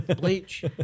Bleach